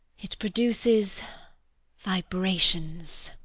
it produces vibrations.